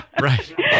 right